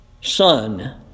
son